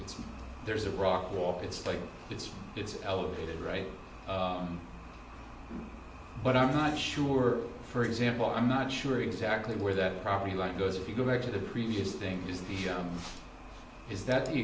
it's there's a rock wall it's like it's it's elevated right but i'm not sure for example i'm not sure exactly where that property line goes if you go back to the previous thing is is that he